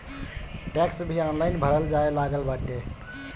tax भी online भरल जाए लागल बाटे